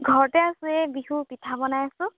ঘৰতে আছোঁ এই বিহুৰ পিঠা বনাই আছোঁ